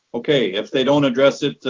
okay, if they don't address it,